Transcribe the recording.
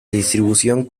distribución